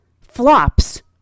flops